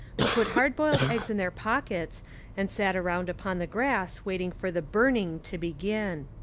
who put hard-boiled eggs in their pockets and sat around upon the grass waiting for the burning to begin.